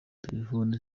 telefoni